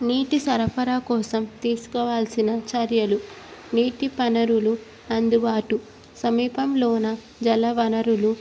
నీటి సరఫరా కోసం తీసుకోవాల్సిన చర్యలు నీటి వనరులు అందుబాటు సమీపంలోన జల వనరులు